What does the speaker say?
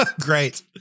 great